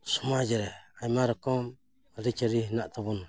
ᱥᱚᱢᱟᱡᱽ ᱨᱮ ᱟᱭᱢᱟ ᱨᱚᱠᱚᱢ ᱟᱹᱨᱤ ᱪᱟᱹᱞᱤ ᱦᱮᱱᱟᱜ ᱛᱟᱵᱚᱱᱟ